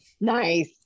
Nice